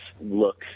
look